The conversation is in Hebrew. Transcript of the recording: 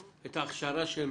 את ההכשרה שלו,